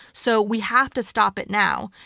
so we have to stop it now.